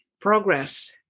progress